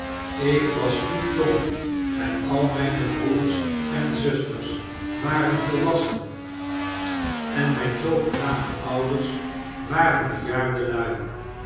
ik was piepjong en al mijne broers en zusters waren volwassen en mijne zoogenaamde ouders waren bejaardelui